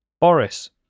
Boris